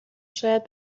شاید